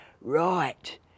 Right